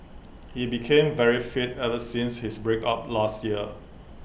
he became very fit ever since his break up last year